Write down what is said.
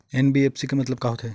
NBFC के मतलब का होथे?